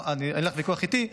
אין לך ויכוח איתי.